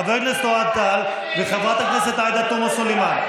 חבר הכנסת אוהד טל וחברת הכנסת עאידה תומא סלימאן.